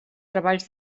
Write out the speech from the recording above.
treballs